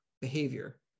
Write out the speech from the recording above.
behavior